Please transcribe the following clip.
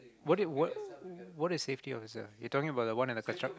what what is safety officer you're talking about the one at the construct